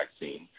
vaccine